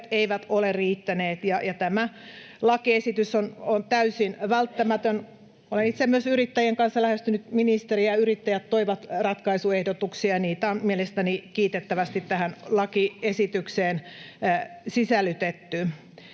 eivät ole riittäneet, ja tämä lakiesitys on täysin välttämätön. Olen itse myös yrittäjien kanssa lähestynyt ministeriä. Yrittäjät toivat ratkaisuehdotuksia, ja niitä on mielestäni kiitettävästi tähän lakiesitykseen sisällytetty.